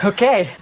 Okay